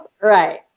right